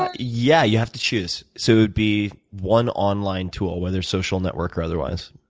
ah yeah, you have to choose. so it would be one online tool, whether social network or otherwise.